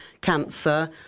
cancer